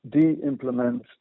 de-implement